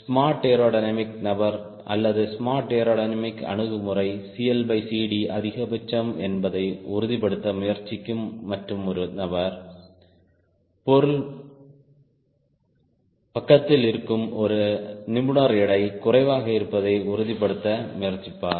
smart aerodynamic நபர் அல்லது smart aerodynamic அணுகுமுறை CLCD அதிகபட்சம் என்பதை உறுதிப்படுத்த முயற்சிக்கும் மற்றும் ஒரு நபர் பொருள் பக்கத்தில் இருக்கும் ஒரு நிபுணர் எடை குறைவாக இருப்பதை உறுதிப்படுத்த முயற்சிப்பார்கள்